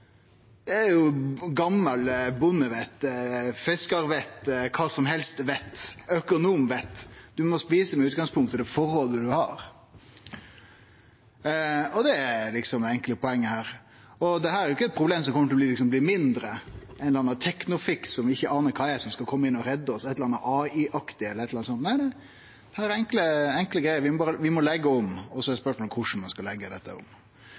Det er jo gamalt bondevett, fiskarvett, kva som helst vett – økonomvett – at ein må ete med utgangspunkt i det forrådet ein har. Det er det enkle poenget her. Og dette er ikkje eit problem som kjem til å bli mindre, ved at det er ein eller annan «tekno-fiks» som vi ikkje aner kva er, som skal kome inn og redde oss, eit eller anna AI-aktig eller noko slikt. Nei, dette er enkle greier: Vi må leggje om, og så er spørsmålet korleis ein skal leggje dette om.